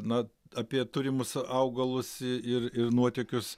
na apie turimus augalus ir ir nuotykius